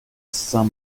saint